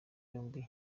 yombi